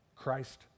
Christ